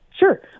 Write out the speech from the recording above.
Sure